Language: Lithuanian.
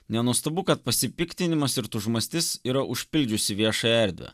nenuostabu kad pasipiktinimas ir tūžmastis yra užpildžiusi viešąją erdvę